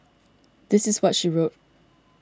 this is what she wrote